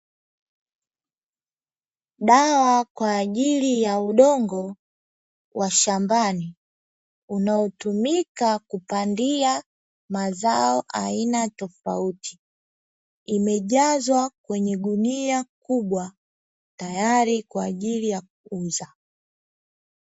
Dawa kwaajili ya udongo wa shambani, unaotumika kupandia mazao aina tofauti imejazwa kwenye gunia kubwa, tayari kwa ajili ya kuuza.